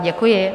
Děkuji.